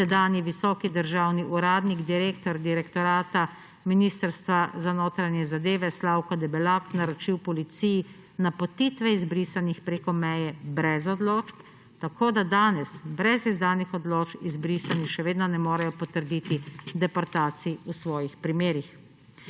tedanji visoki državni uradnik, direktor direktorata Ministrstva za notranje zadeve Slavko Debelak, naročil policiji napotitve izbrisanih preko meje brez odločb, tako da danes brez izdanih odločb izbrisani še vedno ne morejo potrditi deportacij v svojih primerih.